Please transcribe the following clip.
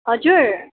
हजुर